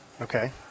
Okay